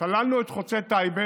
סללנו את חוצה טייבה,